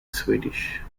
swedish